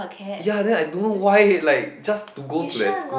ya then I don't know why like just to go to that school